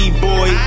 D-boy